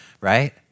right